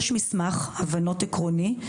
יש מסמך הבנות עקרוני.